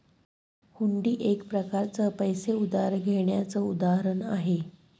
हुंडी एक प्रकारच पैसे उधार घेण्याचं उदाहरण आहे